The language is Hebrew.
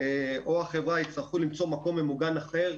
או החברה יצטרכו למצוא מקום ממוגן אחר.